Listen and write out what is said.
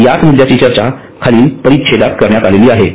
याच मुद्द्यांची चर्चा खालील परिच्छेदात करण्यात आली आहे